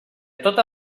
tota